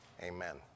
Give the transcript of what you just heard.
Amen